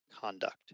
conduct